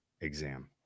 exam